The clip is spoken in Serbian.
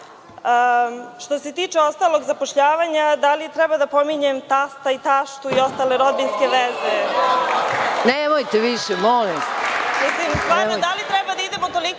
se tiče ostalog zapošljavanja, da li treba da pominjem tasta i taštu i ostale rodbinske veze? **Maja Gojković**